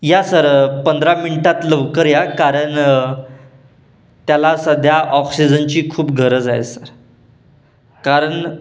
या सर पंधरा मिन्टात लवकर या कारण त्याला सध्या ऑक्सिजनची खूप गरज आहे सर कारण